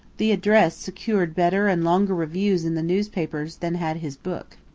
the address secured better and longer reviews in the newspapers than had his book.